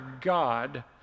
God